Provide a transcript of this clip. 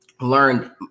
learned